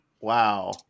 Wow